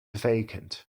vacant